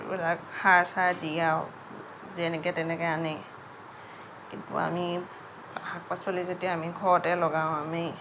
বিলাক সাৰ চাৰ দিয়াও যেনেকৈ তেনেকৈ আনে কিন্তু আমি শাক পাচলি যেতিয়া আমি ঘৰতে লগাওঁ আমি